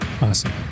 Awesome